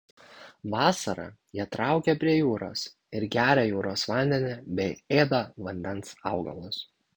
vasarą jie traukia prie jūros ir geria jūros vandenį bei ėda vandens augalus